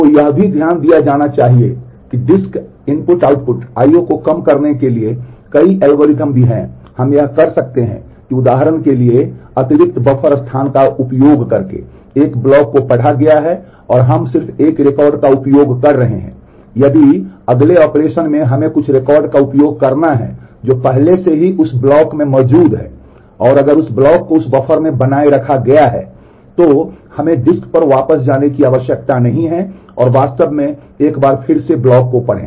तो यह भी ध्यान दिया जाना चाहिए कि डिस्क I O को कम करने के लिए कई एल्गोरिदम भी हैं हम यह कर सकते हैं कि उदाहरण के लिए अतिरिक्त बफर स्थान का उपयोग करके एक ब्लॉक को पढ़ा गया है और हम सिर्फ एक रिकॉर्ड का उपयोग कर रहे हैं यदि अगले ऑपरेशन में हमें कुछ रिकॉर्ड का उपयोग करना है जो पहले से ही उस ब्लॉक में मौजूद है और अगर उस ब्लॉक को उस बफर में बनाए रखा गया है तो हमें डिस्क पर वापस जाने की आवश्यकता नहीं है और वास्तव में एक बार फिर से ब्लॉक को पढ़ें